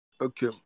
Okay